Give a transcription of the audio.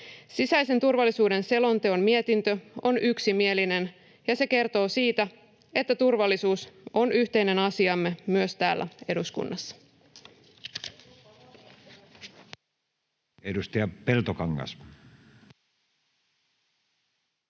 Sisäisen turvallisuuden selonteon mietintö on yksimielinen, ja se kertoo siitä, että turvallisuus on yhteinen asiamme myös täällä eduskunnassa.